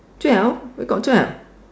twelve I got twelve